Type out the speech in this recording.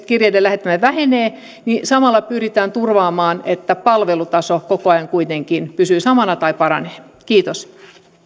kirjeiden lähettäminen vähenee samalla pyritään turvaamaan että palvelutaso koko ajan kuitenkin pysyy samana tai paranee kiitos